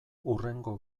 hurrengo